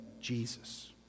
Jesus